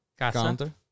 counter